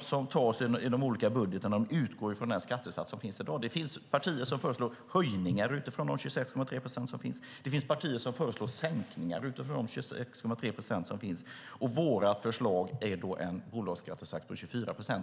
som tas i de olika budgetarna utgår från den skattesats som gäller i dag. Det finns partier som föreslår höjningar utifrån dagens 26,3 procent. Det finns partier som föreslår sänkningar utifrån 26,3 procent. Vårt förslag är då en bolagsskattesats på 24 procent.